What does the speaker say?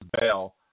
bail